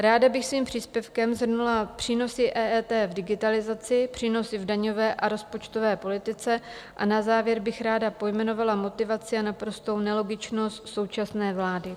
Ráda bych svým příspěvkem shrnula přínosy EET v digitalizaci, přínosy v daňové a rozpočtové politice a na závěr bych ráda pojmenovala motivaci a naprostou nelogičnost současné vlády.